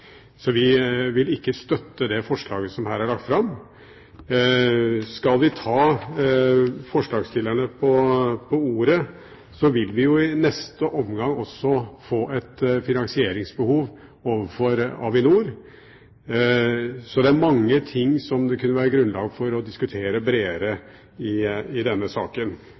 så vi vil ikke støtte det forslaget som her er lagt fram. Skal vi ta forslagsstillerne på ordet, vil vi i neste omgang også få et finansieringsbehov overfor Avinor, så det er mange ting det kunne være grunnlag for å diskutere bredere i denne saken.